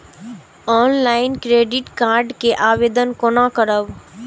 Online credit card के आवेदन कोना करब?